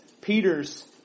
Peter's